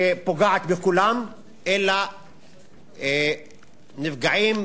שפוגעת בכולם אלא נפגעים,